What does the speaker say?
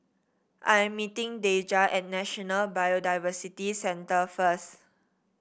I am meeting Deja at National Biodiversity Centre first